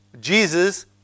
Jesus